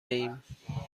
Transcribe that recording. ایم